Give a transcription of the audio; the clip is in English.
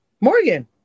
Morgan